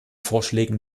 vorschlägen